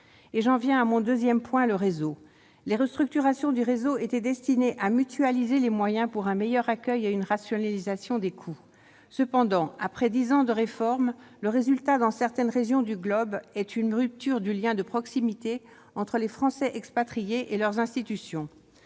J'en viens à mon deuxième point, le réseau en lui-même. Les restructurations du réseau étaient destinées à mutualiser les moyens pour un meilleur accueil et une rationalisation des coûts. Cependant, après dix ans de réformes, le résultat dans certaines régions du globe est une rupture du lien de proximité entre les Français expatriés et leurs institutions.